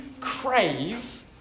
crave